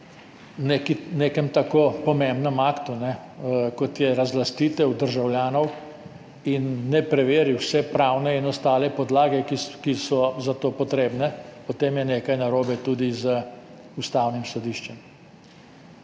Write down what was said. o nekem tako pomembnem aktu, kot je razlastitev državljanov, in ne preveriš vseh pravnih in ostalih podlag, ki so za to potrebne, potem je nekaj narobe tudi z Ustavnim sodiščem.